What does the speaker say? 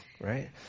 right